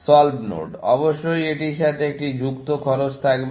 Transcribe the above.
solved node অবশ্যই এটির সাথে একটি যুক্ত খরচ থাকবে